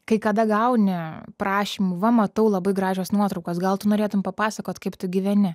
kai kada gauni prašymų va matau labai gražios nuotraukos gal tu norėtum papasakot kaip tu gyveni